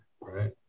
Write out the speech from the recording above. Right